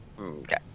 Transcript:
Okay